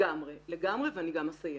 לגמרי, ואני גם אסיים.